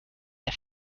der